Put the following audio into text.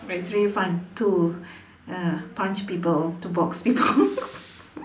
but it's really fun to uh punch people to box people